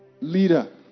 leader